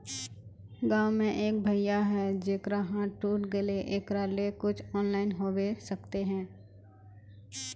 गाँव में एक भैया है जेकरा हाथ टूट गले एकरा ले कुछ ऑनलाइन होबे सकते है?